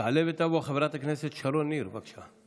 תעלה ותבוא חברת הכנסת שרון ניר, בבקשה.